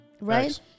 right